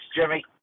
Jimmy